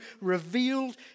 revealed